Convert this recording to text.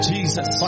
Jesus